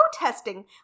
protesting